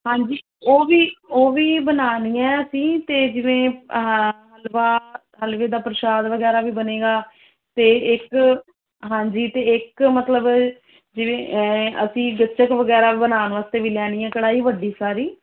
ਹਾਂਜੀ ਉਹ ਵੀ ਉਹ ਵੀ ਬਣਾਣੀਆਂ ਅਸੀਂ ਅਤੇ ਜਿਵੇਂ ਹਲਵਾ ਹਲਵੇ ਦਾ ਪ੍ਰਸ਼ਾਦ ਵਗੈਰਾ ਵੀ ਬਣੇਗਾ ਅਤੇ ਇੱਕ ਹਾਂਜੀ ਅਤੇ ਇੱਕ ਮਤਲਬ ਜਿਵੇਂ ਅਸੀਂ ਗੱਚਕ ਵਗੈਰਾ ਬਣਾਉਣ ਵਾਸਤੇ ਵੀ ਲੈਣੀ ਆ ਕੜਾਹੀ ਵੱਡੀ ਸਾਰੀ